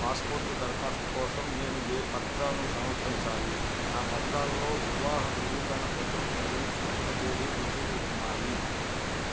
passport దరఖాస్తు కోసం నేను ఏ పత్రాలను సమర్పించాలి నా పత్రాల్లో వివాహ ధృవీకరణ పత్రం మరియు పుట్టిన తేదీ రుజువు ఉన్నాయి